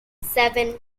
seven